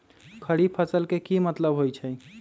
खरीफ फसल के की मतलब होइ छइ?